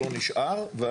לא נשאר.